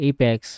Apex